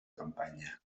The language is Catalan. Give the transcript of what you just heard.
campanya